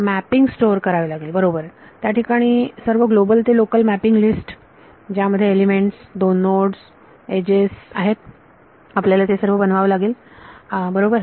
mapping store करावे बरोबर याठिकाणी सर्व ग्लोबल ते लोकल मॅपिंग लिस्ट ज्यामध्ये एलिमेंट्स दोन नोड एजेस आहेत आपल्याला सर्व बनवावे लागतील बरोबर